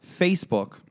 Facebook